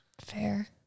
Fair